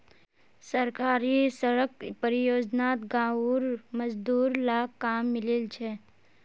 सरकारी सड़क परियोजनात गांउर मजदूर लाक काम मिलील छ